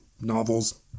novels